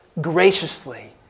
graciously